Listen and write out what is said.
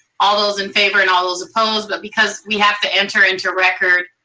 all those in favor and all those apposed, but because we have to answer into record,